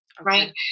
right